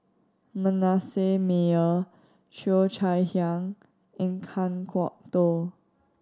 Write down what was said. Manasseh Meyer Cheo Chai Hiang and Kan Kwok Toh